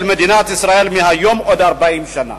של מדינת ישראל מהיום ועוד 40 שנה.